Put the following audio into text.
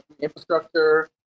infrastructure